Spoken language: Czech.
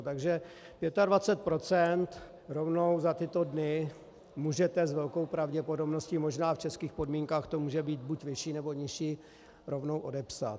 Takže 25 procent rovnou za tyto dny můžete s velkou pravděpodobností, možná v českých podmínkách to může být buď vyšší, nebo nižší, rovnou odepsat.